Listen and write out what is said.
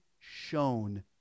shown